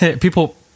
People